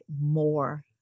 more